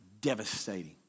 devastating